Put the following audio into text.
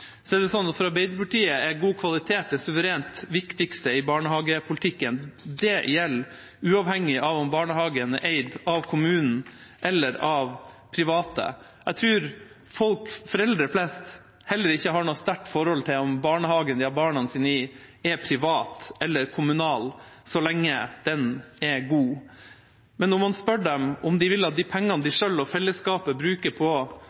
for Arbeiderpartiet slik at god kvalitet er det suverent viktigste i barnehagepolitikken. Det gjelder uavhengig av om barnehagen er eid av kommunen eller av private. Jeg tror foreldre flest heller ikke har noe sterkt forhold til om barnehagen de har barna sine i, er privat eller kommunal, så lenge den er god. Men når man spør dem om de vil at de pengene de selv og fellesskapet bruker på